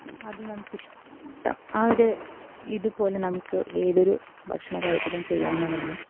അത് നമുക്ക് ഇഷ്ടം ആ ഒരു ഇതുപോലെ നമുക്ക് ഏതൊരു ഭക്ഷണ കാര്യത്തിലും ചെയ്യാവുന്നതാണ്